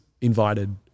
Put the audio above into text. invited